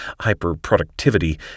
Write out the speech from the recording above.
hyper-productivity